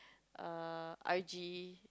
err R_G